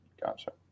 gotcha